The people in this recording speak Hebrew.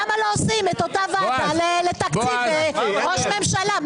למה לא עושים ועדה כזו מוסדרת ש --- אני גם לא